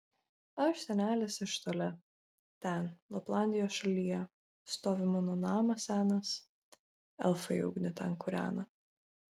aš senelis iš toli ten laplandijos šalyje stovi mano namas senas elfai ugnį ten kūrena